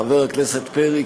חבר הכנסת פרי,